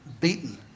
beaten